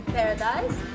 paradise